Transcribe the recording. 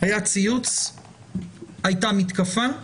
היה ציוץ, הייתה מתקפה,